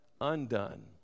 undone